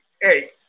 hey